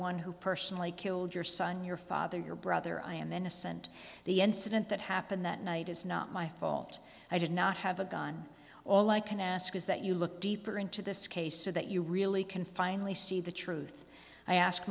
one who personally killed your son your father your brother i am innocent the incident that happened that night is not my fault i did not have a gun all i can ask is that you look deeper into this case so that you really can finally see the truth i ask